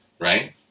Right